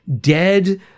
dead